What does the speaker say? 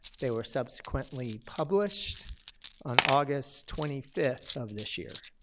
they were subsequently published on august twenty fifth of this year.